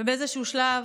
באיזשהו שלב